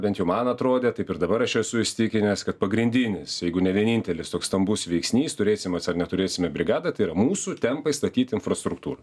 bent jau man atrodė taip ir dabar aš esu įsitikinęs kad pagrindinis jeigu ne vienintelis toks stambus veiksnys turėsim mes ar neturėsime brigadą tai yra mūsų tempai statyti infrastruktūrą